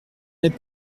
n’est